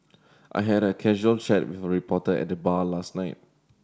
I had a casual chat with a reporter at the bar last night